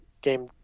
game